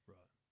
Right